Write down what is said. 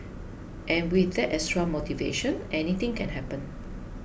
and with that extra motivation anything can happen